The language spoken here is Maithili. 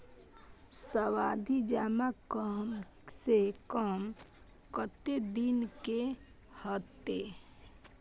सावधि जमा कम से कम कत्ते दिन के हते?